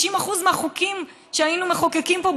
90% מהחוקים שהיינו מחוקקים פה,